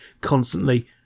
constantly